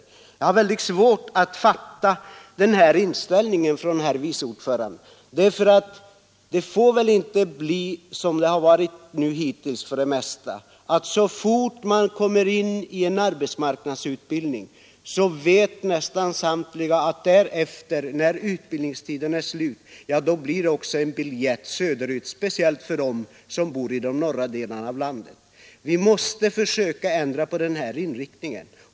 Jag har svårt att fatta denna inställning från herr vice ordföranden. Det får väl inte bli som det för det mesta varit hittills att så fort man kommer in i en arbetsmarknadsutbildning så väntar efter utbildningstidens slut en biljett söder ut, speciellt för dem som bor i de norra delarna i landet. Vi måste försöka ändra på denna inriktning.